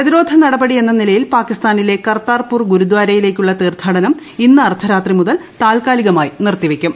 പ്രതിരോധ നടപടി എന്ന് നിലയിൽ പാകിസ്ഥാനിലെ കർത്താർപൂർ ഗുരുദാരയിലേക്കുള്ള തീർത്ഥാടനം ഇന്ന് അർധരാത്രി മുതൽ താത്ക്കാലികമായി നിരിത്തി വയ്ക്കും